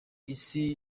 isi